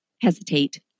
hesitate